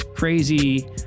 Crazy